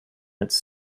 its